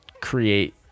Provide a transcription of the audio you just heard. create